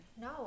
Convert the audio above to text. No